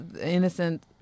innocent